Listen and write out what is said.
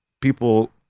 people